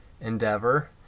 endeavor